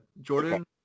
Jordan